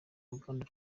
ruganda